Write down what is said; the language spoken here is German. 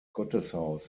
gotteshaus